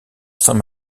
saint